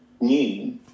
new